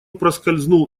проскользнул